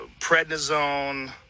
prednisone